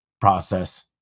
process